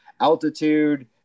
altitude